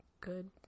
good